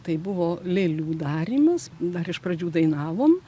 tai buvo lėlių darymas dar iš pradžių dainavom